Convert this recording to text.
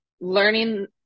learning